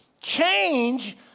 Change